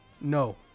no